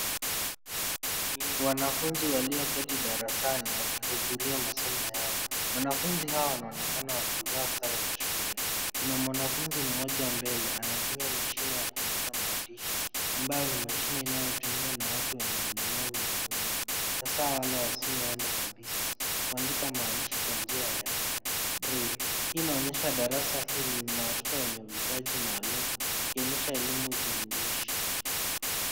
Ni wanafunzi walioketi darasani wakihudhuria masomo yao. Wanafunzi hawa wanaonekana wakivaa sare za shule. Kuna mwanafunzi mmoja mbele anatumia mashine ya kuandika maandishi ambayo ni mashine inayotumiwa na watu wenye ulemavu, hasa wale wasioona kabisa, kuandika maandishi kwa njia ya brail . Hii inaonyesha darasa hili lina watoto wenye mahitaji maalum ikionyesha elimu jumuishi.